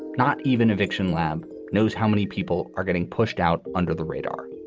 not even eviction lab knows how many people are getting pushed out under the radar.